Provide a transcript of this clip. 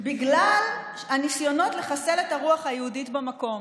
בגלל הניסיונות לחסל את הרוח היהודית במקום.